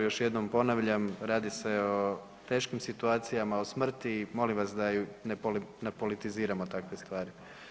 Još jednom ponavljam radi se o teškim situacijama, o smrti, molim da ne politiziramo takve stvari.